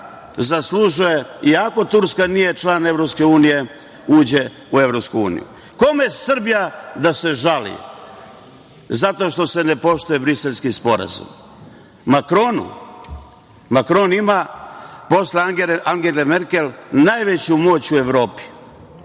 iako Turska nije član EU, da uđe u EU.Kome Srbija da se žali zato što se ne poštuje Briselski sporazum? Makronu? Makron ima posle Angele Merkel najveću moć u Evropi